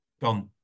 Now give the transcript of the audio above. gone